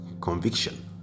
conviction